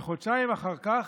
חודשיים אחר כך,